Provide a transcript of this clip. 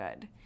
good